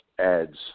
ads